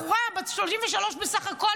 בחורה בת 33 בסך הכול,